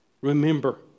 Remember